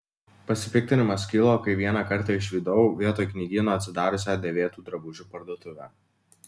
pasipiktinimas kilo kai vieną kartą išvydau vietoj knygyno atsidariusią dėvėtų drabužių parduotuvę